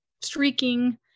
streaking